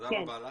תודה רבה לך.